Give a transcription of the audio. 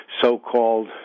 so-called